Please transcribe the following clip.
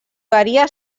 varia